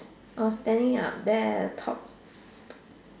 or standing up there the top